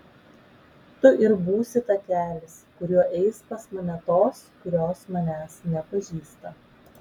tu ir būsi takelis kuriuo eis pas mane tos kurios manęs nepažįsta